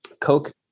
Coke